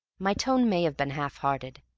my tone may have been half-hearted.